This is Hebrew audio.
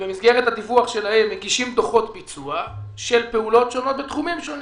ובמסגרת הדיווח שלהם מגישים דוחות ביצוע של פעולות שונות בתחומים שונים.